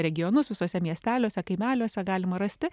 regionus visuose miesteliuose kaimeliuose galima rasti